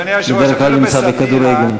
אני בדרך כלל נמצא בכדורגל.